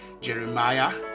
Jeremiah